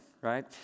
right